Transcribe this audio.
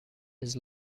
has